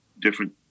different